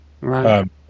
Right